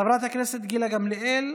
חברת הכנסת גילה גמליאל,